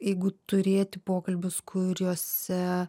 jeigu turėti pokalbius kuriuose